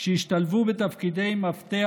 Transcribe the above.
שהשתלבו בתפקידי מפתח